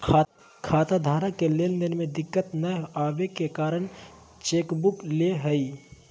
खाताधारक के लेन देन में दिक्कत नयय अबे के कारण चेकबुक ले हइ